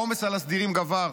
העומס על הסדירים גבר,